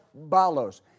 balos